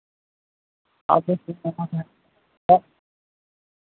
अच्छा ठीक छै पाँच महीना छओ